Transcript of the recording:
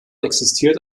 existiert